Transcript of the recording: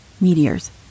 Meteors